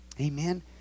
Amen